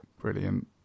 Brilliant